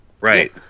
Right